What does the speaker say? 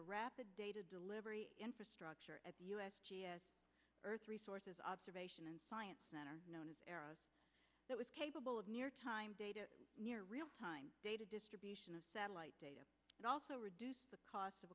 a rapid data delivery infrastructure at the u s g s earth resources observation and science center known as arrow's that was capable of near time data near real time data distribution of satellite data and also reduced the cost of